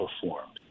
performed